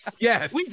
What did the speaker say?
Yes